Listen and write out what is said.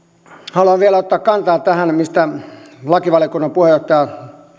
haluan vielä ottaa kantaa tähän mistä lakivaliokunnan puheenjohtaja